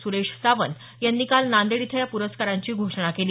सुरेश सावंत यांनी काल नांदेड इथं या प्रस्कारांची घोषणा केली